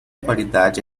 qualidade